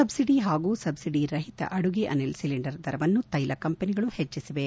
subsidy ಹಾಗೂ subsidy ರಹಿತ ಅಡುಗೆ ಅನಿಲ ಸಿಲಿಂಡರ್ ದರವನ್ನು ತ್ಲೆಲ ಕಂಪೆನಿಗಳು ಹೆಚ್ಚಿಸಿವೆ